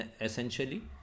essentially